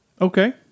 Okay